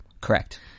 correct